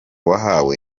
wahawe